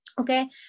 okay